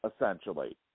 essentially